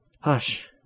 Hush